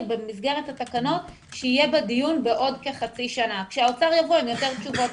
במסגרת התקנות שיהיה בדיון בעוד כחצי שנה כשהאוצר יבוא עם יותר תשובות.